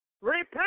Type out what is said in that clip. repent